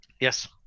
Yes